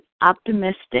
optimistic